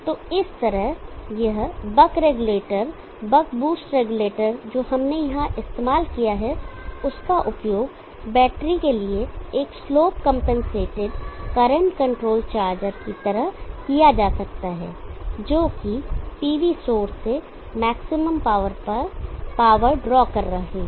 तो इस तरह यह buck regulator buck boost regulator जो हमने यहां इस्तेमाल किया है उसका उपयोग बैटरी के लिए एक slope compensated current controlled charger की तरह किया जा सकता है जोकि PV सोर्स से मैक्सिमम पावर पर पावर ड्रॉ कर रही है